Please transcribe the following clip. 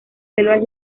selvas